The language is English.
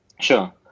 Sure